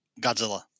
godzilla